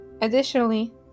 Additionally